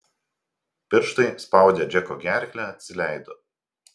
pirštai spaudę džeko gerklę atsileido